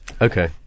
okay